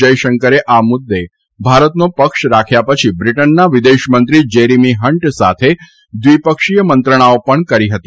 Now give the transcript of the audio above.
જયશંકરે આ મુદ્દે ભારતનો પક્ષ રાખ્યા પછી બ્રીટનના વિદેશમંત્રી જેરીમી હંટ સાથે દ્વિપક્ષીય મંત્રણાઓ પણ કરી હતી